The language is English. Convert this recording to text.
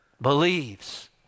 believes